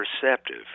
perceptive